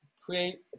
create